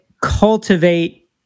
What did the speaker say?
cultivate